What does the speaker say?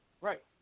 right